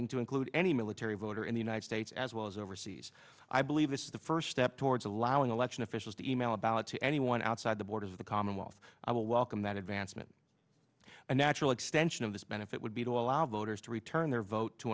balloting to include any military voter in the united states as well as overseas i believe this is the first step towards allowing election officials to email a ballot to anyone outside the borders of the commonwealth will welcome that advancement a natural extension of this benefit would be to allow voters to return their vote to